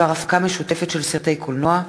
בדבר הפקה משותפת של סרטי קולנוע,